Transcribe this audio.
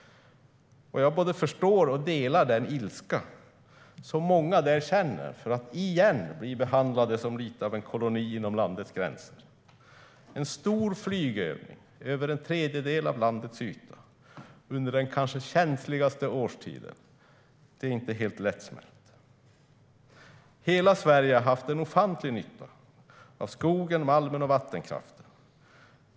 Jag både förstår och delar den ilska som många där känner över att, återigen, bli behandlade som lite av en koloni inom landets gränser. En stor flygövning över en tredjedel av landets yta under den kanske känsligaste årstiden är inte helt lättsmält. Hela Sverige har haft en ofantlig nytta av skogen, malmen och vattenkraften.